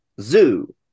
zoo